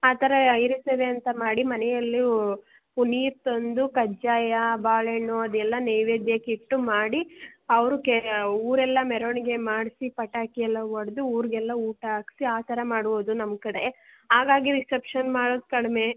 ಆ ಥರ ಹಿರಿ ಸೇವೆ ಅಂತ ಮಾಡಿ ಮನೆಯಲ್ಲಿ ನೀರು ತಂದು ಕಜ್ಜಾಯ ಬಾಳೆಣ್ಣು ಅದೆಲ್ಲ ನೈವೇದ್ಯಕ್ಕಿಟ್ಟು ಮಾಡಿ ಅವರು ಕೆ ಊರೆಲ್ಲ ಮೆರವಣ್ಗೆ ಮಾಡಿಸಿ ಪಟಾಕಿ ಎಲ್ಲ ಹೊಡ್ಡು ಊರಿಗೆಲ್ಲ ಊಟ ಹಾಕ್ಸಿ ಆ ಥರ ಮಾಡ್ಬೋದು ನಮ್ಮಕಡೆ ಹಾಗಾಗಿ ರಿಸೆಪ್ಷನ್ ಮಾಡೋದು ಕಡಿಮೆ